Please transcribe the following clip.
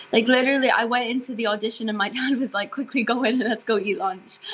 like literally, i went into the audition and my dad was like quickly go in and let's go eat lunch.